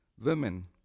women